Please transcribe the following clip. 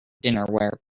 dinnerware